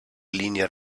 línies